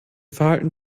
verhalten